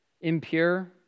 impure